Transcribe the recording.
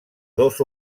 dos